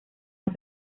más